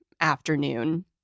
afternoon